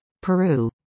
Peru